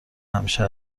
همیشه